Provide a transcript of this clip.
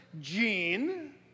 gene